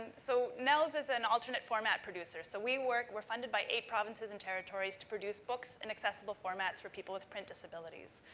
and so, nnels is an alternate format producer. so, we work, we're funded by eight provinces and territories to produce books in accessible formats for people with print disabilities.